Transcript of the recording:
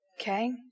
Okay